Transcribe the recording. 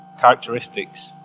characteristics